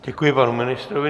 Děkuji panu ministrovi.